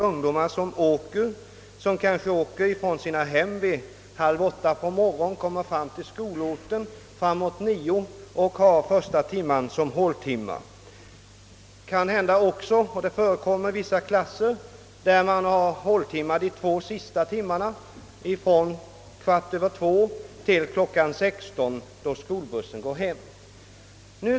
Ungdomarna där reser många gånger från sina hem kl. 7.30 på morgonen, kommer fram till skolorten vid 9-tiden och har håltimme första lektionen. I vissa klasser förekommer också att man har håltimmar de två sista timmarna, från kl. 14.15 till kl. 16, då skolbussen går hem.